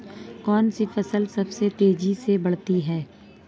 कौनसी फसल सबसे तेज़ी से बढ़ती है?